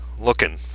looking